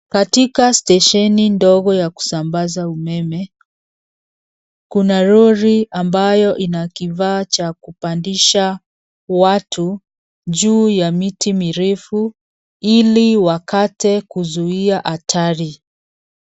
Katika stesheni ndogo ya kusambaza umeme, kuna lori ambayo ina kifaa cha kupandisha watu juu ya miti mirefu ili wakate kuzuia hatari.